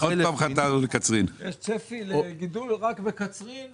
תקצוב סך של 6,600 אלפי ש"ח בהוצאה